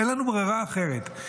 אין לנו ברירה אחרת.